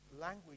language